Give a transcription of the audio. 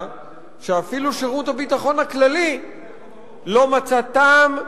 שאפילו שירות הביטחון הכללי לא מצא טעם,